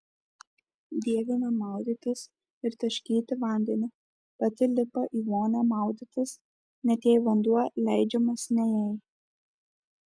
dievina maudytis ir taškyti vandeniu pati lipa į vonią maudytis net jei vanduo leidžiamas ne jai